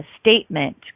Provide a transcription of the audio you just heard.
statement